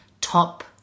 top